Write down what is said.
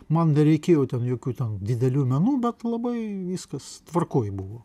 man nereikėjo ten jokių ten didelių menų bet labai viskas tvarkoj buvo